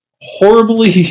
horribly